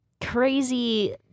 crazy